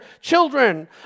children